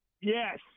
Yes